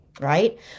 right